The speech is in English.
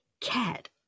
Cat